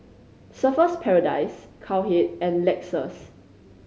Surfer's Paradise Cowhead and Lexus